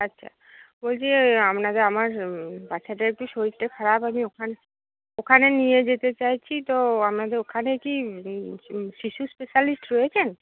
আচ্ছা বলছি আপনাদের আমার বাচ্চাটার একটু শরীরটা খারাপ আমি ওখানে ওখানে নিয়ে যেতে চাইছি তো আপনাদের ওখানে কি শিশু স্পেশালিস্ট রয়েছেন